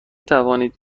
توانید